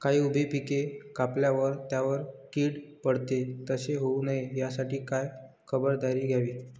काही उभी पिके कापल्यावर त्यावर कीड पडते, तसे होऊ नये यासाठी काय खबरदारी घ्यावी?